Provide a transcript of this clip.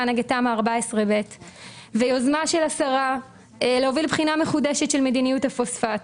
נגד תמ"א 14ב ויוזמה של השרה להוביל בחינה מחודשת של מדיניות הפוספט.